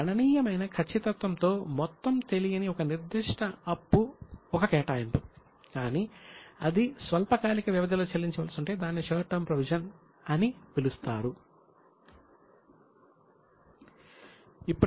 కాబట్టి గణనీయమైన ఖచ్చితత్వంతో మొత్తం తెలియని ఒక నిర్దిష్ట అప్పు ఒక కేటాయింపు కానీ అది స్వల్పకాలిక వ్యవధిలో చెల్లించవలసి ఉంటే దానిని షార్ట్ టర్మ్ ప్రొవిజన్ అని పిలుస్తారు